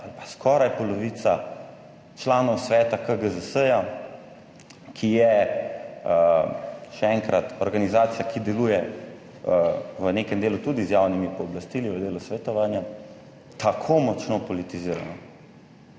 ali pa skoraj polovica članov sveta KGZS-ja, ki je, še enkrat, organizacija, ki deluje v nekem delu tudi z javnimi pooblastili, v delu svetovanja, tako močno politizirano.